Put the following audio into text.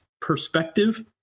perspective